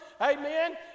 Amen